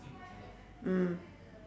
mm